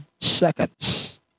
seconds